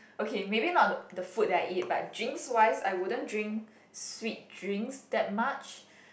okay maybe not the the food that I eat but drinks wise I wouldn't drink sweet drinks that much